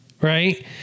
right